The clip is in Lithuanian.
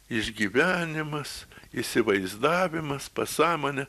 išgyvenimas įsivaizdavimas pasąmonė